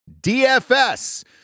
DFS